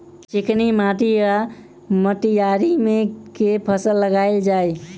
चिकनी माटि वा मटीयारी मे केँ फसल लगाएल जाए?